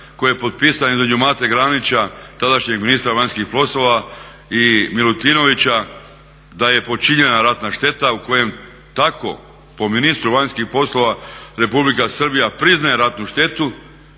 koji je potpisan između Mate Granića tadašnjeg ministra vanjskih poslova i Milutinovića da je počinjena ratna šteta u kojem tako po ministru vanjskih poslova Republika Srbija priznaje ratnu štetu.